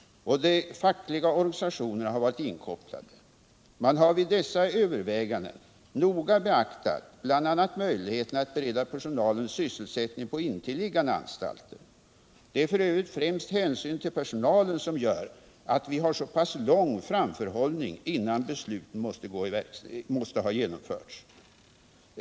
De fackliga organisationerna har varit inkopplade. Man har vid dessa överväganden noga beaktat bl.a. möjligheterna att bereda personalen sysselsättning på intilliggande anstalter. Det är f. ö. främst hänsynen till personalen som gör att vi har så pass lång framförhållning innan beslutet måste ha genomförts.